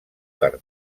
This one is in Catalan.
per